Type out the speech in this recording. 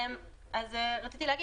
אז רציתי להגיד,